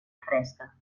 fresca